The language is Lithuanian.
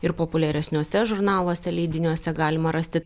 ir populiaresniuose žurnaluose leidiniuose galima rasti